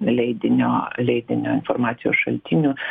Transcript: leidinio leidinio informacijos šaltinių